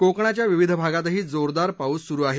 कोकणाच्या विविध भागातही जोरदार पाऊस सुरू आहे